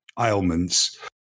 ailments